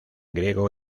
griego